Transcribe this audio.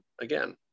again